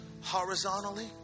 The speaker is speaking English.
horizontally